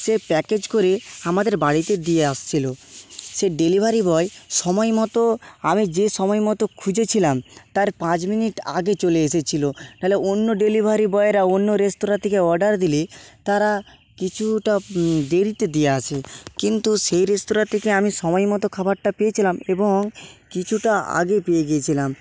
সে package করে আমাদের বাড়িতে দিয়ে এসেছিল সে ডেলিভারি বয় সময় মতো আমি যে সময় মতো খুঁজেছিলাম তার পাঁচ মিনিট আগে চলে এসেছিল তাহলে অন্য ডেলিভারি বয়রা অন্য রেস্তরাঁ থেকে অর্ডার দিলে তারা কিছুটা দেরিতে দিয়ে আসে কিন্তু সেই রেস্তরাঁ থেকে আমি সময় মতো খাবারটা পেয়েছিলাম এবং কিছুটা আগে পেয়ে গিয়েছিলাম